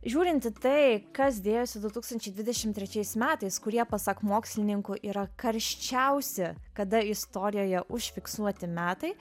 žiūrint į tai kas dėjosi du tūkstančiai dvidešim trečiais metais kurie pasak mokslininkų yra karščiausi kada istorijoje užfiksuoti metai